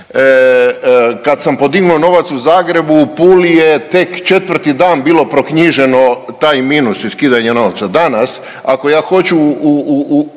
kad sam podignuo novac u Zagrebu u Puli je tek 4 dan bilo proknjiženo taj minus i skidanje novca.